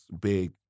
Big